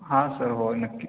हां सर होय नक्की